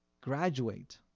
graduate